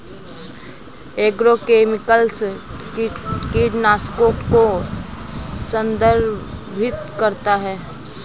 agrochemicals कीटनाशकों को संदर्भित करता है